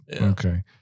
Okay